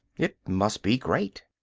it must be great!